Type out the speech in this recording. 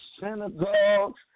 synagogues